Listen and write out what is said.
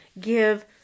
give